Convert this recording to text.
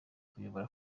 kuyobora